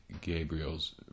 Gabriel's